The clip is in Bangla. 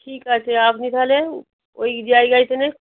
ঠিক আছে আপনি তাহলে ঐ জায়গায়